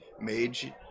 mage